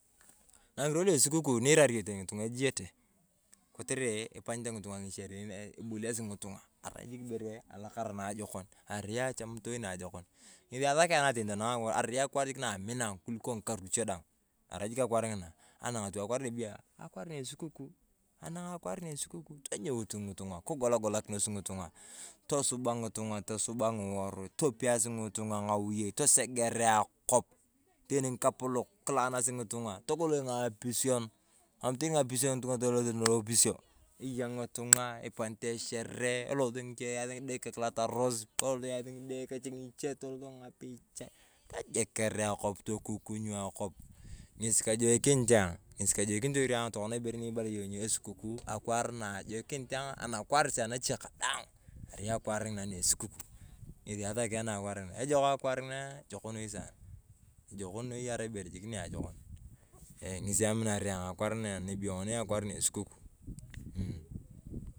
Na akwaar na esukuku nyirai teni ng'itung'a ejiyete. Kotere ipanyete ng'itung'a ng’icherein ebolisi ng'itung'a. Arai jik ibere alakara na ajokon. Arai achemitoi naajokon. Ng’esi asakena ayong arai akwaar na amina kuliko ng'irwa luche daang. Arai jik akwaar ng'ina. Anak tu akwaar na ebeyo akaesukuku anak akwaar na esukuku tonyout ng'itung'a kigolgolakinos ng'itung'a. Tosuba ng'itung'a tosuba ng'iworui, topiasi ng'itung'a ng’awoyei, toseger akop. Teni ng’akapolok kilaakis ng'itung'a, togoloi, ng’apison enan teni ng'itung'a elose naofisio. Ayaa ng'itung'a, ipanyete echeree, elose ng’ichee yasi ng’ide keech kilatoros ngapichae tojeker akop, tokukunyu akop ng'esi kajokinit ayong, ng'esi kajokinitor ayong tokona ibere ni ebala yong nyo esukuku. Akwaar na kajokinit ayong anakwaarisea kadaang. Arai akwaar ng’ina na esukuku, ngesi asakanae ayong akwaar ng’ina ejok akwaar ng’ina ejok noi saanaa. Ejok noi arai ibere jik niajokon. Ng’esi aminar ayong akwaar na esukuku mmmh.